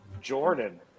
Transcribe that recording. Jordan